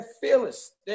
fearless